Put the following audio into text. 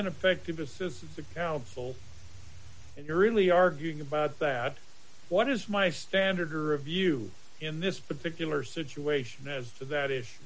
ineffective assistance of counsel and you're really arguing about that what is my standard or a view in this particular situation is that if